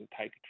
take